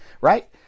right